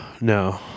No